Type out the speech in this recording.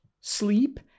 sleep